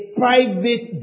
private